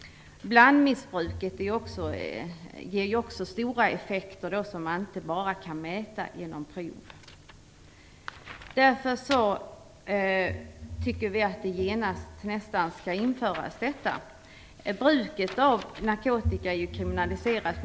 Blandmissbruket ger också stora effekter som inte kan mätas bara genom prover. Därför tycker vi att det nästan genast skall införas en nollgräns. Bruket av narkotika är kriminaliserat.